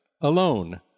alone